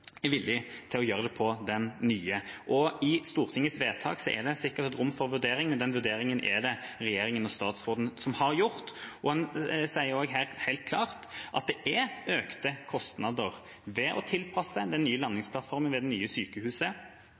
villig til å gjøre det på den nye. I Stortingets vedtak er det sikkert et rom for vurdering, men den vurderingen er det regjeringen og statsråden som har gjort. En sier jo også her helt klart at det er økte kostnader ved å tilpasse den nye landingsplattformen ved det nye sykehuset